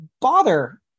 bother